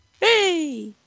hey